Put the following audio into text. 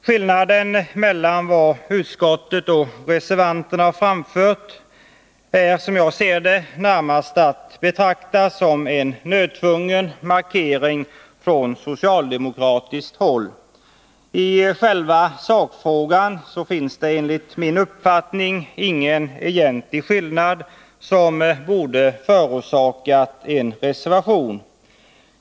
Skillnaden mellan vad utskottet och reservanterna framfört är närmast att betrakta som en nödtvungen markering från socialdemokratiskt håll. I själva sakfrågan finns det enligt min uppfattning ingen egentlig skillnad som borde förorsaka en reservation.